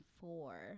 four